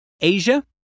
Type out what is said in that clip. Asia